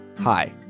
Hi